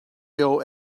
owe